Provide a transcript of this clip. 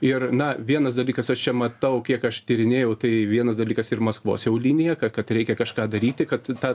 ir na vienas dalykas aš čia matau kiek aš tyrinėjau tai vienas dalykas ir maskvos jau linija kad reikia kažką daryti kad tą